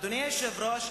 אדוני היושב-ראש,